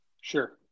sure